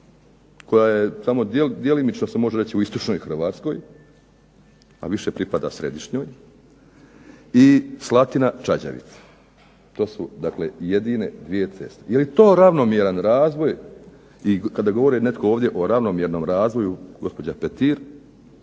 koja je samo djelomično se može reći u Istočnoj Hrvatskoj, a više pripada Središnjoj i Slatina – Čađavica. To su dakle, jedine 2 ceste. Je li to ravnomjeran razvoj? I kada govori netko ovdje o ravnomjernom razvoju, gospođa Petir,